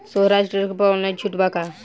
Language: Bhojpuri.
सोहराज ट्रैक्टर पर ऑनलाइन छूट बा का?